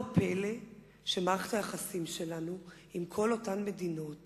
לא פלא שמערכת היחסים שלנו עם כל אותן מדינות